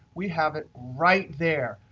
we have it right there.